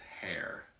hair